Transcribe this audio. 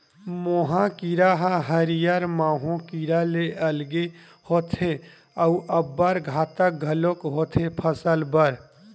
मोहा कीरा ह हरियर माहो कीरा ले अलगे होथे अउ अब्बड़ घातक घलोक होथे फसल बर